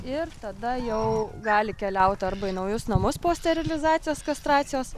ir tada jau gali keliaut arba į naujus namus po sterilizacijos kastracijos